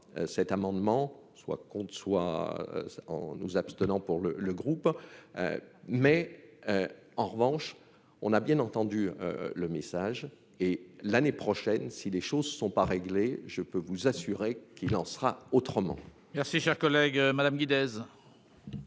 cet amendement soit compte soit en nous abstenant pour le le groupe mais en revanche on a bien entendu le message et l'année prochaine, si les choses ne sont pas réglés, je peux vous assurer qu'il en sera autrement.